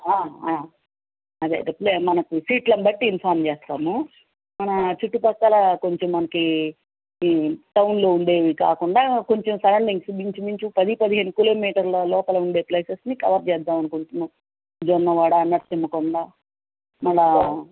అదే అదే మనకు సీట్లను బట్టి ఇన్ఫార్మ్ చేస్తాము మన చుట్టుపక్కల కొంచెం మనకి ఈ టౌన్లో ఉండేవి కాకుండా కొంచెం సరౌండింగ్సు ఇంచు మించు పది పదిహేను కిలోమీటర్ల లోపల ఉండే ప్లేసెస్ని కవర్ చేద్దాము అనుకుంటున్నాము జొన్నవాడ నరసింహకొండ మళ్ళీ